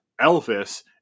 Elvis